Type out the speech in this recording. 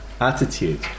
attitude